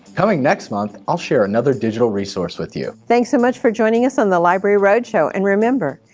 coming next month, i'll share another digital resource with you. thanks so much for joining us on the library road show. and remember,